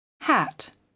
hat